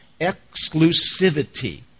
exclusivity